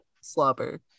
slobber